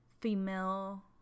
female